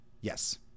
Yes